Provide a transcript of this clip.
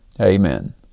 Amen